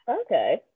Okay